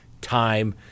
time